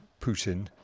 Putin